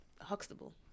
Huxtable